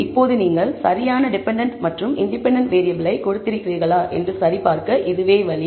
இப்போது நீங்கள் சரியான டெபென்டென்ட் மற்றும் இன்டிபெண்டண்ட் வேறியபிளை கொடுத்திருக்கிறீர்களா என்பதைச் சரிபார்க்க இதுவே வழி